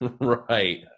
right